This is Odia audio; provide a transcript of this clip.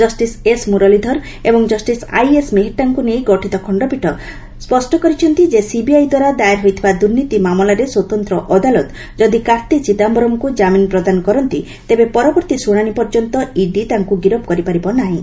ଜଷ୍ଟିସ୍ ଏସ୍ ମୁରଲୀଧର ଏବଂ ଜଷ୍ଟିସ୍ ଆଇଏସ୍ ମେହେଟ୍ଟାଙ୍କୁ ନେଇ ଗଠିତ ଖଶ୍ଚପୀଠ ସ୍ୱଷ୍ଟ କରିଛନ୍ତି ଯେ ସିବିଆଇଦ୍ୱାରା ଦାଏର ହୋଇଥିବା ଦୁର୍ନୀତି ମାମଲାରେ ସ୍ୱତନ୍ତ୍ର ଅଦାଲତ ଯଦି କାର୍ତ୍ତି ଚିଦାୟରଙ୍କୁ ଜାମିନ୍ ପ୍ରଦାନ କରନ୍ତି ତେବେ ପରବର୍ତ୍ତୀ ଶୁଣାଣି ପର୍ଯ୍ୟନ୍ତ ଇଡି ତାଙ୍କୁ ଗିରଫ କରିପାରିବ ନାହିଁ